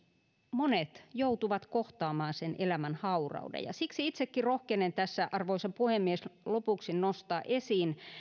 monet myös joutuvat kohtaamaan sen elämän haurauden siksi itsekin rohkenen tässä arvoisa puhemies lopuksi nostaa esiin